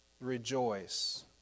rejoice